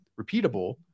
repeatable